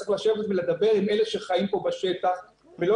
צריך לשבת ולדבר עם אלה שחיים כאן בשטח ולא